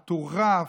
מטורף.